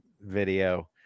video